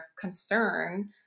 concern